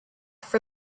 for